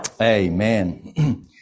Amen